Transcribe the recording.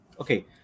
okay